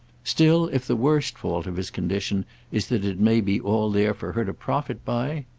still, if the worst fault of his condition is that it may be all there for her to profit by?